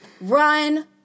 run